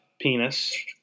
penis